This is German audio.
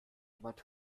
jemand